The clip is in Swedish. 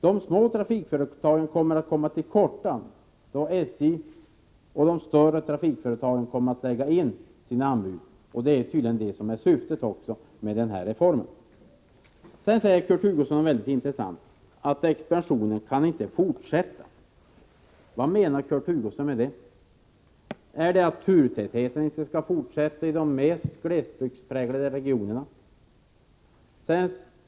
De små trafikföretagen kommer till korta då SJ och de större trafikföretagen lägger in sina anbud. Det är tydligen också det som är syftet med den här reformen. Sedan säger Kurt Hugosson något mycket intressant, att expansionen inte kan fortsätta. Vad menar Kurt Hugosson med det? Betyder det att turtätheten inte skall upprätthållas i de mest glesbygdspräglade regionerna?